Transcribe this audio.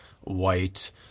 white